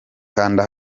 kanda